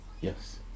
yes